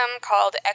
called